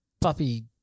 Puppy